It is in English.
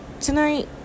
tonight